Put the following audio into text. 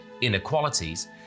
inequalities